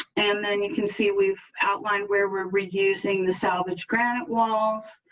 and then you can see we've outlined where we're reusing the salvage grant was